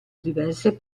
diverse